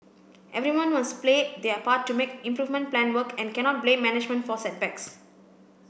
everyone must play their part to make improvement plan work and cannot blame management for setbacks